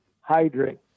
hydrate